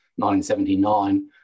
1979